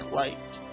light